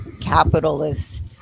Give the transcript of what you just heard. capitalist